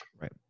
right